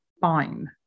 fine